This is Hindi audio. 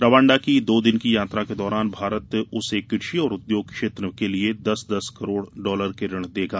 रवांडा की दो दिन की यात्रा के दौरान भारत उसे कृषि और उद्योग क्षेत्र के लिए दस दस करोड़ डॉलर के ऋण देगा